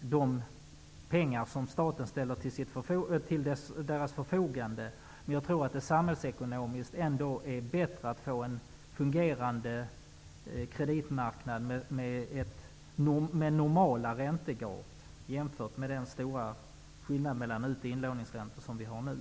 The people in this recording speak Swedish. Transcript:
de pengar som staten ställt till deras förfogande. Men jag tror att det samhällsekonomiskt ändå är bättre att få en fungerande kreditmarknad med normala räntegap jämfört med den nuvarande stora skillnaden i utoch inlåningsräntor.